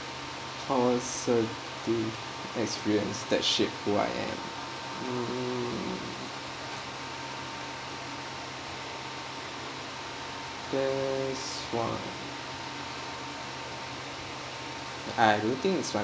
positive experience that shaped who I am mm first one I don't think it's my